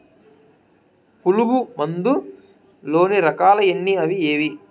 పులుగు మందు లోని రకాల ఎన్ని అవి ఏవి?